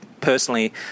personally